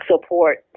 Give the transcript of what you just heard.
support